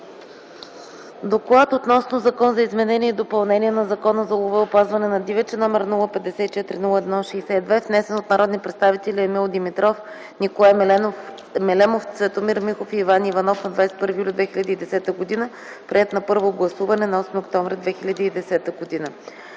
Доклад относно Закон за изменение и допълнение на Закона за лова и опазване на дивеча, № 054-01-62, внесен от народните представители Емил Димитров, Николай Мелемов, Цветомир Михов и Иван Иванов на 21 юли 2010 г., приет на първо гласуване на 8 октомври 2010 г.